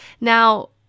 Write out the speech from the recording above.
Now